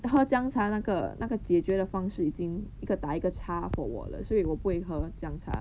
然后姜茶那个那个治绝的方式已经一个打一个叉 for 我了所以我不会喝姜茶